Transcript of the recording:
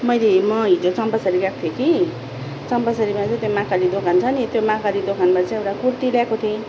मैले म हिज चम्पासरी गएको थिएँ कि चम्पासरीमा चाहिँ त्यो माहाकाली दोकान छ नि त्यो माहाकाली दोकानमा चाहिँ एउटा कुर्ती ल्याएको थिएँ